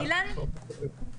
בבקשה.